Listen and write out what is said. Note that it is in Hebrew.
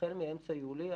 החל מאמצע יולי.